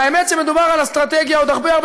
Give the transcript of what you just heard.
והאמת היא שמדובר על אסטרטגיה עוד הרבה הרבה